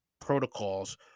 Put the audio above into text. protocols